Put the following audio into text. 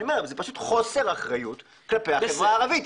זו פשוט חוסר אחריות כלפי החברה הערבית,